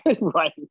Right